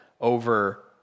over